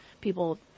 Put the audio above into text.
people